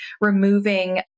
removing